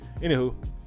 Anywho